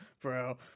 bro